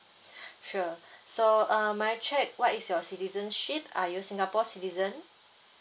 sure so uh may I check what is your citizenship are you singapore citizen